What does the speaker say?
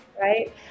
right